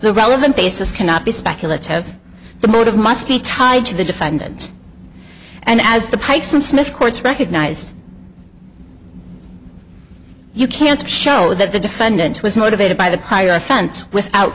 relevant basis cannot be speculative the motive must be tied to the defendant and as the pikes and smith courts recognized you can't show that the defendant was motivated by the offense without